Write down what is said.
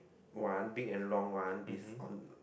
one big and long one bes~ on